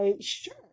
Sure